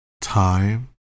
time